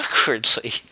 awkwardly